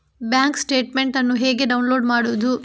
Bank statement ಅನ್ನು ಹೇಗೆ download ಮಾಡುವುದು?